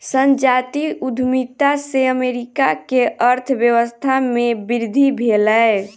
संजातीय उद्यमिता से अमेरिका के अर्थव्यवस्था में वृद्धि भेलै